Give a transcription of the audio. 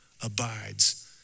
abides